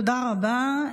תודה רבה.